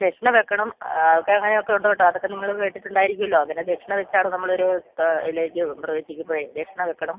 ദക്ഷിണ വയ്ക്കണം ഒക്കെ അങ്ങനെ ഒക്കെ ഉണ്ട് കേട്ടോ അതൊക്കെ നിങ്ങൾ കേട്ടിട്ടുണ്ടായിരിക്കുമല്ലോ അങ്ങനെ ദക്ഷിണ വെച്ചാണ് നമ്മൾ ഒരു ഇതിലേക്ക് പ്രവേശിക്കുമ്പോൾ ദക്ഷിണ വയ്ക്കണം